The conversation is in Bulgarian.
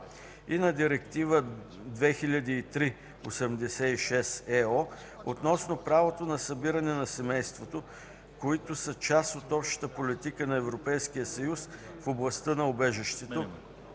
и на Директива 2003/86/ЕО относно правото на събиране на семейството, които са част от общата политика на Европейския съюз в областта на убежището